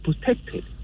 protected